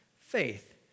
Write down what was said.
faith